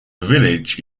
village